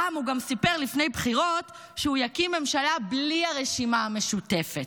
פעם הוא גם סיפר לפני בחירות שהוא יקים ממשלה בלי הרשימה המשותפת,